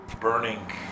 burning